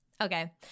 okay